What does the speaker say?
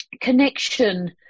connection